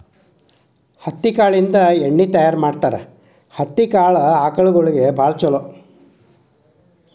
ಹತ್ತಿ ಕಾಳಿಂದ ಎಣ್ಣಿ ತಯಾರ ಮಾಡ್ತಾರ ಹತ್ತಿ ಕಾಳ ಆಕಳಗೊಳಿಗೆ ಚುಲೊ